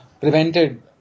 prevented